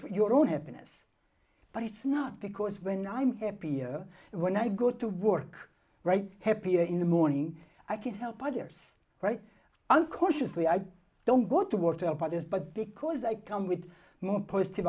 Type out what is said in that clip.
for your own happiness but it's not because when i'm happier when i go to work right happier in the morning i can help others right i'm cautiously i don't go to work to help others but because i come with